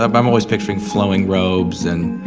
um i'm always picturing flowing robes and,